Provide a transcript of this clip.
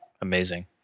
amazing